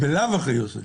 בלאו הכי עושים.